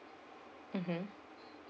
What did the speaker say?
mmhmm